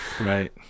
Right